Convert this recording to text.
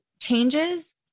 changes